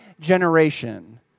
generation